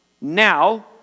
now